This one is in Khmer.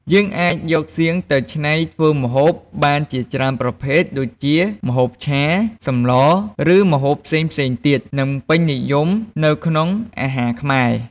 យើងអាចយកសៀងទៅច្នៃធ្វើម្ហូបបានជាច្រើនប្រភេទ ដូចជា ម្ហូបឆា សម្ល ឬម្ហូបផ្សេងៗទៀត និងពេញនិយមនៅក្នុងអាហារខ្មែរ។